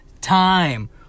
time